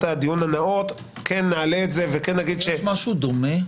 הדיון הנאות נעלה את זה- -- יש משהו דומה?